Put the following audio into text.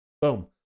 Boom